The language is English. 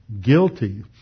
guilty